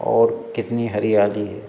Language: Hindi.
और कितनी हरियाली है